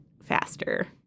faster